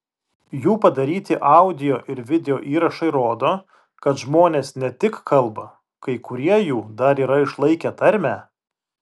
jų padaryti audio ir video įrašai rodo kad žmonės ne tik kalba kai kurie jų dar yra išlaikę tarmę